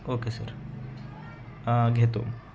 okay sir घेतो